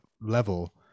level